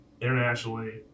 internationally